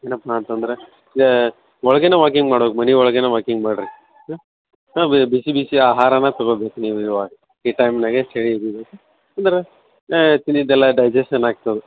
ಏನಪ್ಪ ಅಂತಂದರೆ ಒಳಗೇನೆ ವಾಕಿಂಗ್ ಮಾಡ್ಬೇಕು ಮನೆ ಒಳಗೇನೆ ವಾಕಿಂಗ್ ಮಾಡಿರಿ ಹಾಂ ಹಾಂ ಬಿಸಿ ಬಿಸಿ ಆಹಾರನ ತಗೋಬೇಕು ನೀವು ಇವಾಗ ಈ ಟೈಮ್ನಾಗೆ ಚಳಿ ಅಂದ್ರೆ ತಿಂದಿದ್ದೆಲ್ಲ ಡೈಜೇಷನ್ ಆಗ್ತದೆ